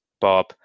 Bob